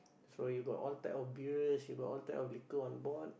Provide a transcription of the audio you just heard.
so you got all type of beers you got all type of liquor on board